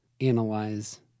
analyze